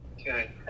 Okay